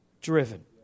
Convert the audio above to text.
driven